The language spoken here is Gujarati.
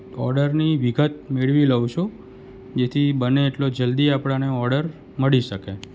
ઓર્ડરની વિગત મેળવી લઉં છું જેથી બને એટલો જલ્દી આપણને ઓડર મળી શકે